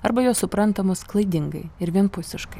arba jos suprantamos klaidingai ir vienpusiškai